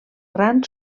gran